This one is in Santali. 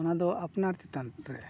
ᱚᱱᱟ ᱫᱚ ᱟᱯᱱᱟᱨ ᱪᱮᱛᱟᱱ ᱨᱮ